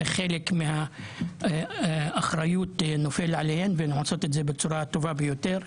חלק מהאחריות נופלת עליהן והן עושות את זה בצורה הטובה ביותר.